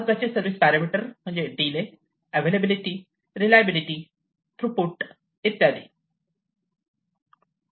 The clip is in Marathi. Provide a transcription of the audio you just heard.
महत्त्वाचे सर्विस पॅरामिटर म्हणजे डीले अवेलेबिलिटी रिलायबलएटी थ्रुपुट इत्यादी